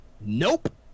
nope